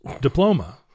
diploma